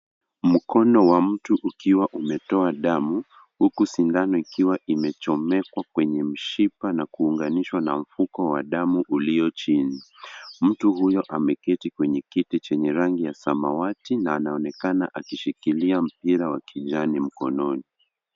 Mkono wa mtu ukiwa unatoa damu huku sindano ikiwa imechomekwa kwenye mfupa na kuunganishwa na mfuko wa damu ulio chini. Mtu huyo ameketi kwenye kiti chenye rangi ya samawati na anaonekana akishikilia mpira wa kijani mkononi.